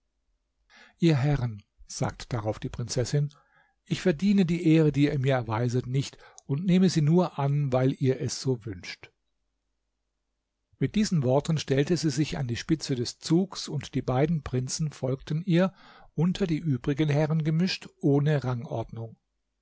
ihr herren sagte darauf die prinzessin ich verdiene die ehre die ihr mir erweiset nicht und nehme sie nur an weil ihr es so wünscht mit diesen worten stellte sie sich an die spitze des zugs und die beiden prinzen folgten ihr unter die übrigen herren gemischt ohne rangordnung